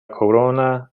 corona